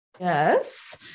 Yes